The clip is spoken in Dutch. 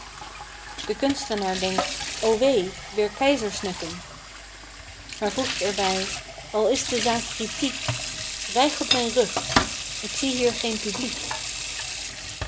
de kunstenaar denkt o wee weer keizersnukken maar voegt er bij al is de zaak kritiek rijg op mijn rug ik zie hier geen publiek